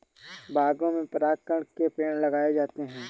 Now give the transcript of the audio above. बागों में परागकण के पेड़ लगाए जाते हैं